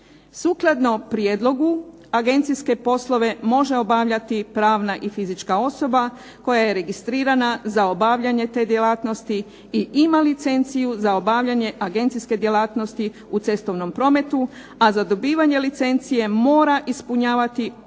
Sukladno prijedlogu agencijske poslove može obavljati pravna i fizička osoba koja je registrirana za obavljanje te djelatnosti i ima licenciju za obavljanje agencijske djelatnosti u cestovnom prometu, a za dobivanje licencije mora ispunjavati uvjet